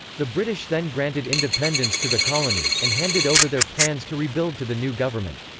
the british then granted independence to the colony, and handed over their plans to rebuild to the new government.